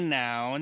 now